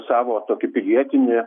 savo tokį pilietinį